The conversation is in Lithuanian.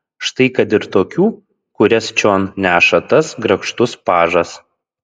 štai kad ir tokių kurias čion neša tas grakštus pažas